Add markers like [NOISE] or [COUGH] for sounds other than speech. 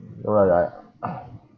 no lah like [NOISE]